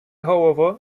голово